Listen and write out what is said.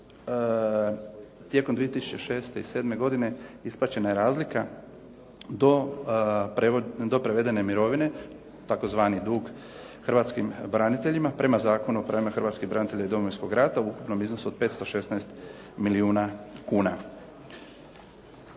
tijekom 2006. i '07. godine isplaćena je razlika do prevedene mirovine, tzv. dug hrvatskim braniteljima prema Zakonu o pravima hrvatskih branitelja i Domovinskog rata u ukupnom iznosu od 516 milijuna kuna.